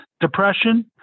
depression